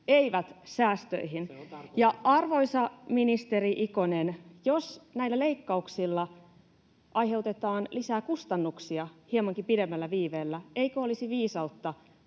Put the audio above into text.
on tarkoituskin!] Ja arvoisa ministeri Ikonen, jos näillä leikkauksilla aiheutetaan lisää kustannuksia hiemankin pidemmällä viiveellä, eikö olisi viisautta